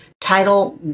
Title